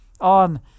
on